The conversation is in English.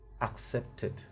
accepted